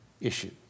issue